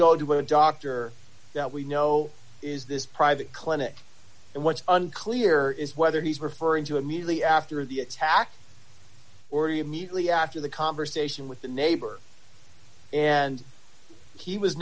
go to a doctor that we know is this private clinic and what's unclear is whether he's referring to immediately after the attack or you immediately after the conversation with the neighbor and he was